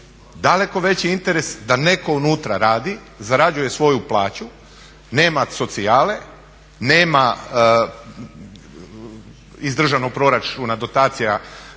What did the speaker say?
daleko veći interes da netko unutra radi, zarađuje svoju plaću, nema socijale, nema iz državnog proračuna dotacija